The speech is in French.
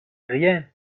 rien